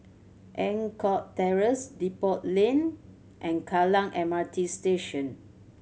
Eng Kong Terrace Depot Lane and Kallang M R T Station